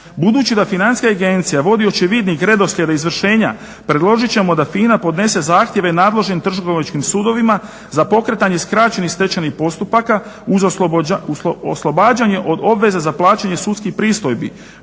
Budući, da financijska agencija vodi očevidnik redoslijed izvršenja, predložit ćemo da FINA podnese zahtjeve nadležnim Trgovačkim sudovima za pokretanje skraćenih stečajnih postupka uz oslobađanje od obveze za plaćanje sudskih pristojbi.